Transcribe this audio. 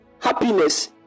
Happiness